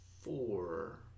four